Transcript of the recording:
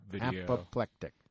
Apoplectic